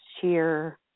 sheer